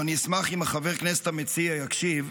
ואני אשמח אם חבר הכנסת המציע יקשיב.